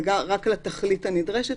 ורק לתכלית הנדרשת.